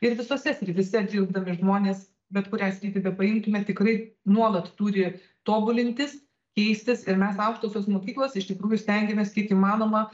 ir visose srityse dirbdami žmonės bet kurią sritį bepaimtume tikrai nuolat turi tobulintis keistis ir mes aukštosios mokyklos iš tikrųjų stengiamės kiek įmanoma